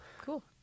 Cool